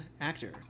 actor